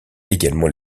également